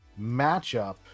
matchup